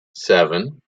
seven